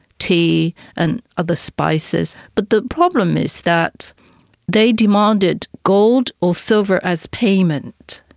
tea and other spices, but the problem is that they demanded gold or silver as payment.